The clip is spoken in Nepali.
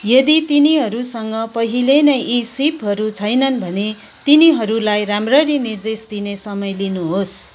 यदि तिनीहरूसँग पहिले नै यी सीपहरू छैनन् भने तिनीहरूलाई राम्ररी निर्देशन दिने समय लिनुहोस्